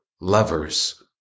lover's